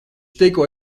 tikko